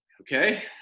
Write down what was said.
Okay